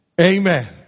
amen